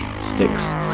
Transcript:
Sticks